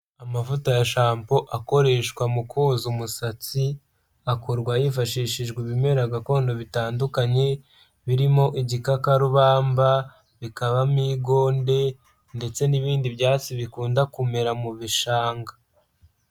Amavuta ya shampo akoreshwa mu koza umusatsi akorwa hifashishijwe ibimera gakondo bitandukanye birimo igikakarubamba, bikabamo igonde ndetse n'ibindi byatsi bikunda kumera mu bishanga.